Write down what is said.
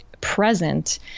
present